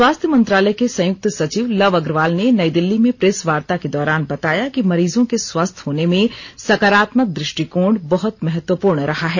स्वास्थ्य मंत्रालय के संयुक्त सचिव लव अग्रवाल ने नई दिल्ली में प्रेस वार्ता के दौरान बताया कि मरीजों के स्वस्थ होने में सकारात्मक दृष्टिकोण बहुत महत्वपूर्ण रहा है